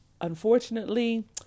Unfortunately